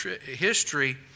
history